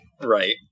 Right